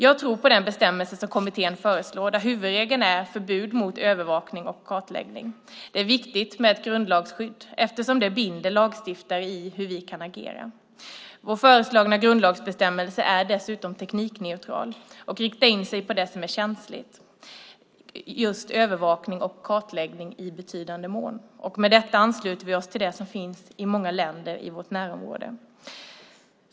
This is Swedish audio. Jag tror på den bestämmelse kommittén föreslår där huvudregeln är förbud mot övervakning och kartläggning. Det är viktigt med grundlagsskydd eftersom det binder lagstiftare i hur vi kan agera. Vår föreslagna grundlagsbestämmelse är dessutom teknikneutral och riktar in sig på det som är känsligt, det vill säga övervakning och kartläggning i betydande mån. Med detta ansluter vi oss till det som finns i många länder i vårt närområde.